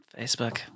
facebook